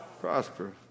prosper